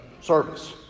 service